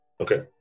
Okay